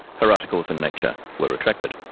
her articles in nature were retracted.